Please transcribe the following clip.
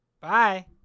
bye